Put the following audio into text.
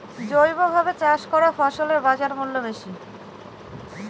জৈবভাবে চাষ করা ফসলের বাজারমূল্য বেশি